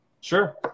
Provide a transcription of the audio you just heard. Sure